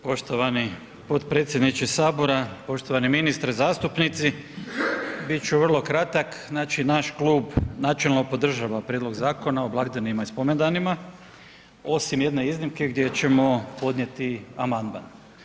Poštovani potpredsjedniče sabora, poštovani ministre, zastupnici bit ću vrlo kratak, znači naš klub načelno podržava prijedlog Zakona o blagdanima i spomendanima osim jedne iznimke gdje ćemo podnijeti amandman.